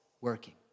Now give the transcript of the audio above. working